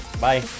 Bye